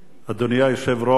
אדוני היושב-ראש,